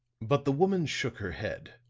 but the woman shook her head.